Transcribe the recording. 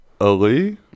Ali